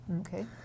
Okay